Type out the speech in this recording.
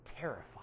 terrified